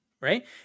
right